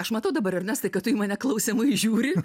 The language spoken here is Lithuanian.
aš matau dabar ernestai kad tu į mane klausiamai žiūri